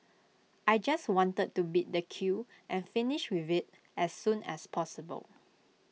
I just wanted to beat the queue and finish with IT as soon as possible